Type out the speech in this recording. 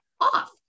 off